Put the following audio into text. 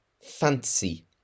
fancy